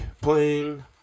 playing